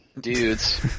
dudes